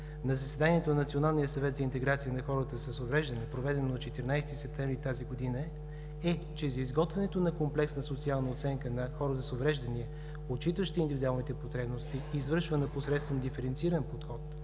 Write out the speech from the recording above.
с увреждане, проведено на 14 септември 2017 г., е, че за изготвянето на комплексна социална оценка на хората с увреждания, отчитащи индивидуалните потребности, извършвана посредством диференциран подход,